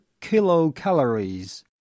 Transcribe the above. kilocalories